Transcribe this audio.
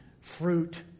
fruit